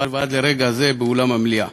ועד לרגע זה באולם המליאה.